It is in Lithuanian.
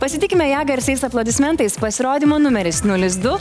pasitikime ją garsiais aplodismentais pasirodymo numeris nulis du